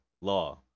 Law